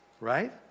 right